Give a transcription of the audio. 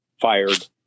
fired